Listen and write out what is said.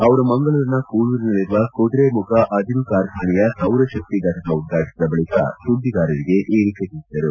ಅವರು ಮಂಗಳೂರಿನಲ್ಲಿರುವ ಕುದುರೆಮುಖ ಅದಿರು ಕಾರ್ಖಾನೆಯ ಸೌರಶಕ್ತಿ ಫಟಕ ಉದ್ವಾಟಿಸಿದ ಬಳಿಕ ಸುದ್ದಿಗಾರರಿಗೆ ಅವರು ಈ ವಿಷಯ ತಿಳಿಸಿದರು